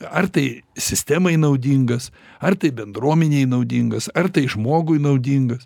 ar tai sistemai naudingas ar tai bendruomenei naudingas ar tai žmogui naudingas